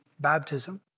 baptism